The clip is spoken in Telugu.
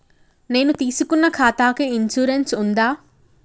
నేను తీసుకున్న ఖాతాకి ఇన్సూరెన్స్ ఉందా?